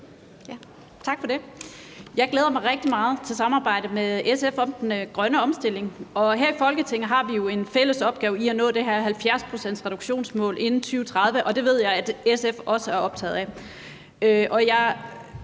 Jeg glæder mig rigtig meget til samarbejdet med SF om den grønne omstilling, og her i Folketinget har vi jo en fælles opgave med at nå det her 70-procentsreduktionsmål inden 2030, og det ved jeg også at SF er optaget af.